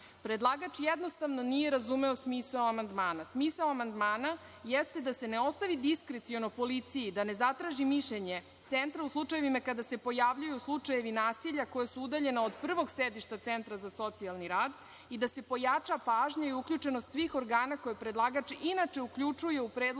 Predlagač jednostavno nije razumeo smisao amandmana. Smisao amandmana jeste da se ne ostavi diskreciono policiji da ne zatraži mišljenje centra u slučajevima kada se pojavljuju slučajevi nasilja koji su udaljeni od prvog sedišta centra za socijalni rad i da se pojača pažnja i uključenost svih organa koje predlagač inače uključuje u predlogu